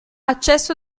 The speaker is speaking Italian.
accesso